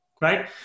right